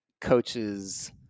coaches